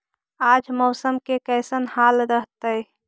आज मौसम के कैसन हाल रहतइ?